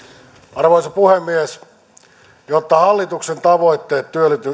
arvoisa puhemies jotta hallituksen tavoitteet